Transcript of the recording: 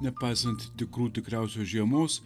nepaisant tikrų tikriausios žiemos